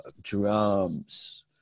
drums